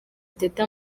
teta